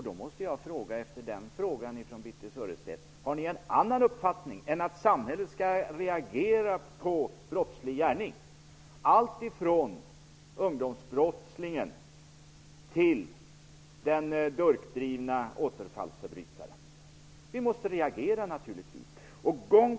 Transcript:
Då måste jag fråga Birthe Sörestedt: Har ni en annan uppfattning än att samhället skall reagera på brottslig gärning alltifrån ungdomsbrottslingen till den durkdrivne återfallsförbrytaren? Naturligtvis måste vi reagera.